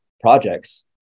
projects